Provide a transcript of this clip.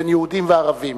בין יהודים לערבים,